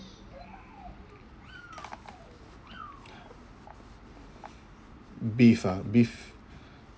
beef ah beef